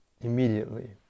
immediately